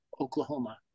Oklahoma